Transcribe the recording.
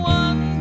one